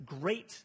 great